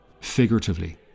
Figuratively